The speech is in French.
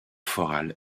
floral